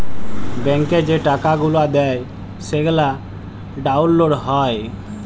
ব্যাংকে যে টাকা গুলা দেয় সেগলা ডাউল্লড হ্যয়